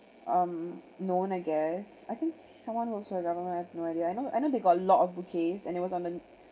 um known I guess I think someone was also I have no idea I know I know they got a lot of bouquets and it was on the